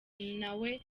nawe